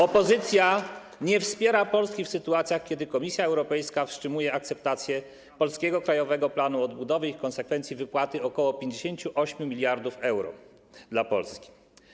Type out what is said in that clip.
Opozycja nie wspiera Polski w sytuacjach, kiedy Komisja Europejska wstrzymuje akceptację polskiego Krajowego Planu Odbudowy i w konsekwencji wypłatę ok. 58 mld euro dla Polski.